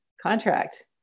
contract